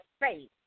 faith